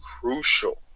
crucial